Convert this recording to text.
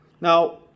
Now